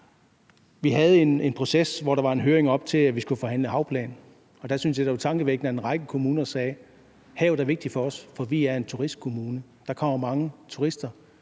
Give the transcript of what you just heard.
Vi havde en proces, hvor der var en høring, op til at vi skulle forhandle havplan, og der syntes jeg, det var tankevækkende, at en række kommuner sagde, at havet er vigtigt for os, for vi er en turistkommune, og at der kommer mange turister,